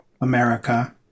america